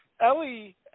Ellie